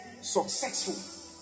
successful